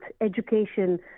education